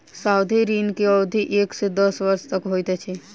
सावधि ऋण के अवधि एक से दस वर्ष तक होइत अछि